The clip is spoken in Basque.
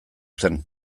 zen